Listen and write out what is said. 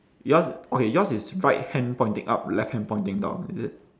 yours okay yours is right hand pointing up left hand pointing down is it